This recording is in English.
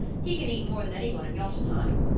he can eat more than anyone in jotunheim.